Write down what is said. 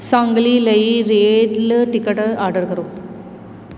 ਸਾਂਗਲੀ ਲਈ rail ticket order ਕਰੋ